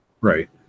Right